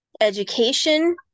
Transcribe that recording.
education